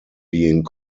being